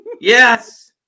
Yes